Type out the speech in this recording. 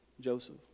Joseph